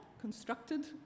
constructed